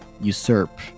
usurp